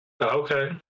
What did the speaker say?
Okay